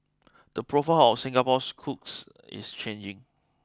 the profile of Singapore's cooks is changing